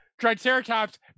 Triceratops